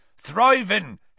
Thriving